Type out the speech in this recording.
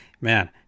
man